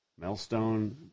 Melstone